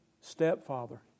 stepfather